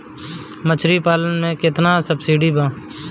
मछली पालन मे केतना सबसिडी बा?